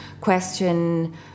question